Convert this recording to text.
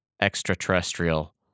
extraterrestrial